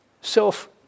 self